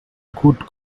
good